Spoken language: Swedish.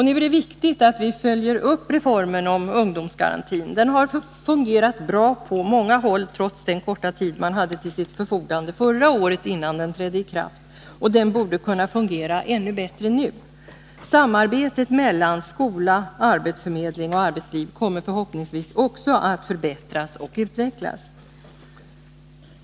Nu är det viktigt att vi följer upp reformen om ”ungdomsgarantin”. Den har fungerat bra på många håll, trots den korta tid man hade till sitt förfogande innan den trädde i kraft förra året. Den borde kunna fungera ännu bättre nu. Samarbetet mellan skola, arbetsförmedling och arbetsliv kommer förhoppningsvis också att förbättras och utvecklas.